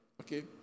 Okay